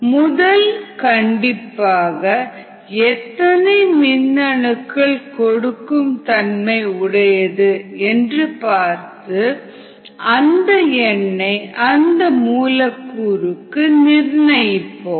முதல் கண்டிப்பாக எத்தனை மின் அணுக்கள் கொடுக்கும் தன்மை உடையது என்று பார்த்து அந்த எண்ணை அந்த மூலக்கூறுக்கு நிர்ணயிப்போம்